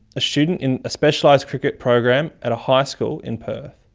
a student in a specialised cricket program at a high school in perth.